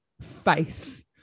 face